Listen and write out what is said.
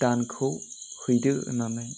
दानखौ हैदो होननानै